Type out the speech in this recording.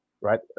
right